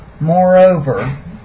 moreover